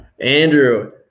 andrew